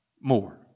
more